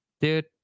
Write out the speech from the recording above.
Dude